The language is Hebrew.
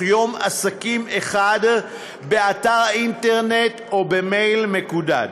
יום עסקים אחד באתר האינטרנט או במייל מקודד?